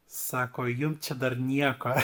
sako jum čia dar nieko